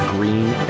Green